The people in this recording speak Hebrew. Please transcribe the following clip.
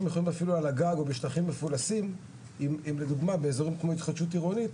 על הגג או בשטחים מפולסים אם לדוגמה באזור כמו התחדשות עירונית